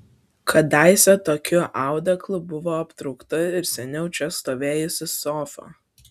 kadaise tokiu audeklu buvo aptraukta ir seniau čia stovėjusi sofa